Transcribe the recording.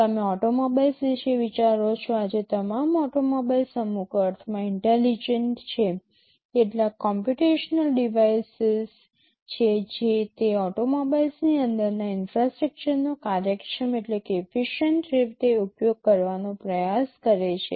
તમે ઓટોમોબાઇલ્સ વિશે વિચારો છો આજે તમામ ઓટોમોબાઇલ્સ અમુક અર્થમાં ઇન્ટેલીજન્ટ છે કેટલાક કોમ્પ્યુટેશનલ ડિવાઇસીસ છે જે તે ઓટોમોબાઇલ્સની અંદરના ઇન્ફ્રાસ્ટ્રક્ચરનો કાર્યક્ષમ રીતે ઉપયોગ કરવાનો પ્રયાસ કરે છે